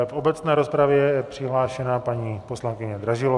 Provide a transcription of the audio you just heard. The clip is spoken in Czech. V obecné rozpravě je přihlášena paní poslankyně Dražilová.